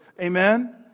amen